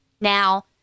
Now